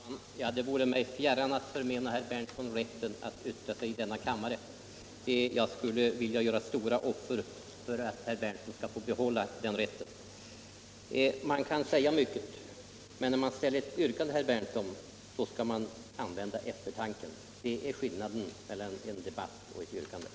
Herr talman! Det vore mig fjärran att förn_]gnzl herr Berndl—son rätten Onsdagen den att yttra sig i denna kammare. Jag skulle vilja göra stora offer för att 10 november 1976 herr Berndtson skall få behålla den rätten. Man kan säga mycket, men när man ställer ett yrkande, herr Berndison, — Justitieombudsskall man göra det med eftertanke. Det är skillnaden mellan eu de — männens verksam